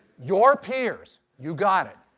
your peers. you got it.